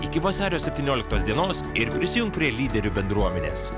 iki vasario septynioliktos dienos ir prisijunk prie lyderių bendruomenės